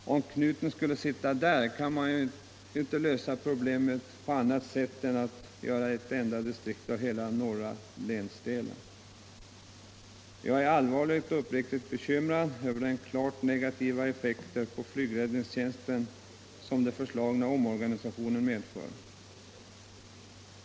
Om knuten skulle sitta där kan man ju inte lösa problemet på annat sätt än genom att göra ett enda distrikt av hela norra länsdelen. Jag är allvarligt och uppriktigt bekymrad över de klart negativa effekter på flygräddningstjänsten som den föreslagna omorganisationen medför.